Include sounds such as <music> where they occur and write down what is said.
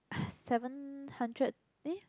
<breath> seven hundred eh